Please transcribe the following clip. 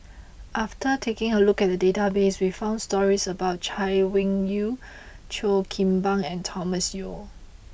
after taking a look at the database we found stories about Chay Weng Yew Cheo Kim Ban and Thomas Yeo